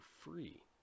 free